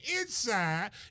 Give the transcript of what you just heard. inside